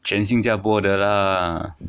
全新加坡的啦